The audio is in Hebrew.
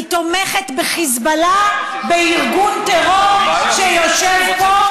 היא תומכת בחיזבאללה, בארגון טרור שיושב פה?